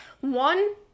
one